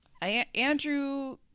Andrew